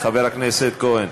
חבר הכנסת כהן